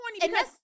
because-